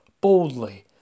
boldly